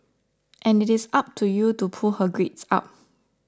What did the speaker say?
and it is up to you to pull her grades up